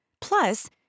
Plus